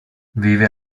vive